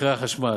מחירי החשמל,